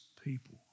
people